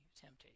temptation